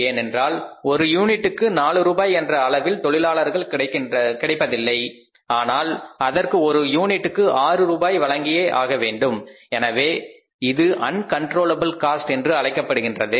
ஏனென்றால் ஒரு யூனிட்டுக்கு 4 ரூபாய் என்ற அளவில் தொழிலாளர்கள் கிடைப்பதில்லை ஆனால் அதற்கு ஒரு யூனிட்டுக்கு 6 ரூபாய் வழங்கியே ஆகவேண்டும் எனவே இது அன்கண்ட்ரோல்லபில் காஸ்ட் என்று ஆகின்றது